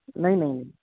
نہیں نہیں